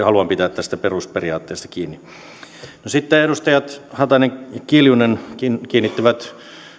haluan pitää tästä perusperiaatteesta kiinni sitten edustajat haatainen ja kiljunen kiinnittävät